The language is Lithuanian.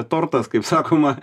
tortas kaip sakoma